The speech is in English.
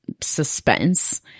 suspense